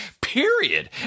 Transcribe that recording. period